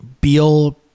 Beal